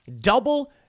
double